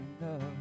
enough